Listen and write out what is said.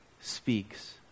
speaks